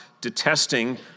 detesting